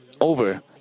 over